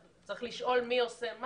צריך לשאול מה עושה מה.